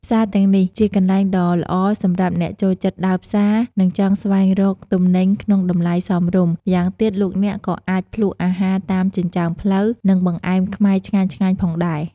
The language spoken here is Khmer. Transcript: ផ្សារទាំងនេះជាកន្លែងដ៏ល្អសម្រាប់អ្នកចូលចិត្តដើរផ្សារ និងចង់ស្វែងរកទំនិញក្នុងតម្លៃសមរម្យ ម្យ៉ាងទៀតលោកអ្នកក៏អាចភ្លក់អាហារតាមចិញ្ចើមផ្លូវ និងបង្អែមខ្មែរឆ្ងាញ់ៗផងដែរ។